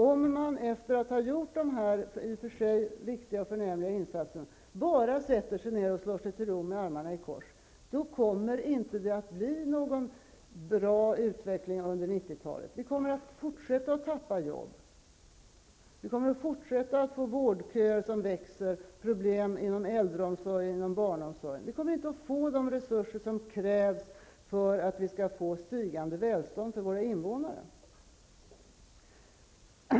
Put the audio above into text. Om man efter att ha gjort de här i och för sig riktiga och förnämliga insatserna bara sätter sig ner och slår sig till ro, med armarna i kors, kommer det inte att bli någon bra utveckling under 90-talet. Vi kommer att fortsätta att tappa jobb. Vi kommer att få vårdköer som växer och problem inom äldreomsorg och barnomsorg. Vi kommer inte att få de resurser som krävs för ett stigande välstånd för landets invånare.